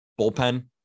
Bullpen